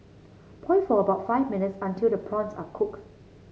boil for about five minutes until the prawns are cook